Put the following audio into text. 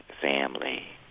family